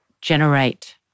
generate